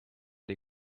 dei